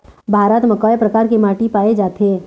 भारत म कय प्रकार के माटी पाए जाथे?